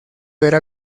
era